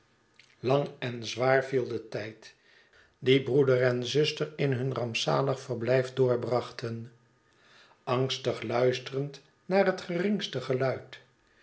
lang en zwaar viel de tijd dien broeder en zuster in hun rampzalig verblijf doorbrachten angsti luisterend naar het geringste geluid